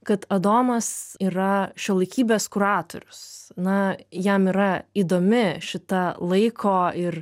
kad adomas yra šiuolaikybės kuratorius na jam yra įdomi šita laiko ir